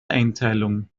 einteilung